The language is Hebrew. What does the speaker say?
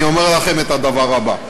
אני אומר לכם את הדבר הבא: